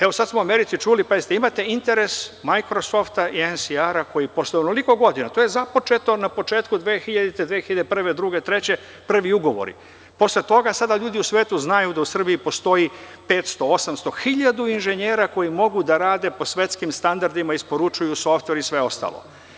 Evo, sad smo u Americi čuli, pazite, imate interes „Majkrosofta“ i NSR-a, koji posle onoliko godina, to je započeto na početku 2000, 2001, 2002, 2003. godine, prvi ugovori, a posle toga sada ljudi u svetu znaju da u Srbiji postoji 500, 800, 1000 inženjera koji mogu da rade po svetskim standardima, isporučuju softver i sve ostalo.